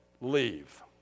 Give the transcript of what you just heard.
leave